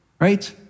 right